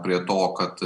prie to kad